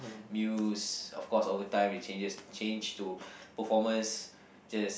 Muse of course over time it changes change to performance just